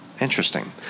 Interesting